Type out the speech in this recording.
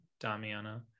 Damiana